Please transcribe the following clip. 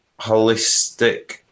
holistic